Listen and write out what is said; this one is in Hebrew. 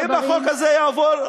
אם החוק הזה יעבור,